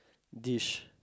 dish